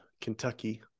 Kentucky